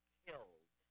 killed